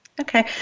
Okay